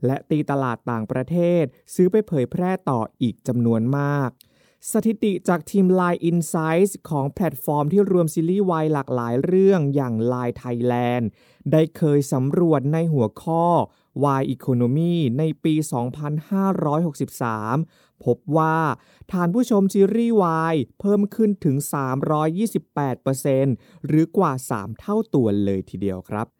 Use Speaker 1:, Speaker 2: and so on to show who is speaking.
Speaker 1: และตีตลาดต่างประเทศซื้อไปเผยแพร่ต่ออีกจำนวนมาก สถิติจากทีม Line Insights ของแพลตฟอร์มที่รวมซีรีส์วายหลากหลายเรื่องอย่าง Line Thailand ได้เคยสำรวจในหัวข้อ Y Economy ในปี 2563 พบว่าฐานผู้ชมซีรีส์วายเพิ่มขึ้นถึง 328% หรือกว่าสามเท่าตัวเลยทีเดียวครับ